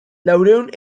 laurehun